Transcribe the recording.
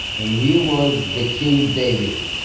and he was the king david.